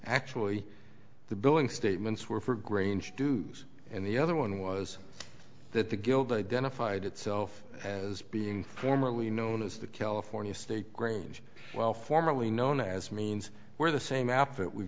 actually the billing statements were for grange deuce and the other one was that the guild identified itself as being formerly known as the california state grange well formerly known as means where the same outfit we